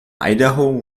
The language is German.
idaho